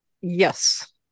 Yes